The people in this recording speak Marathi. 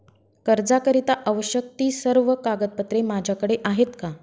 कर्जाकरीता आवश्यक ति सर्व कागदपत्रे माझ्याकडे आहेत का?